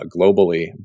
globally